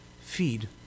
Feed